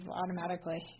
automatically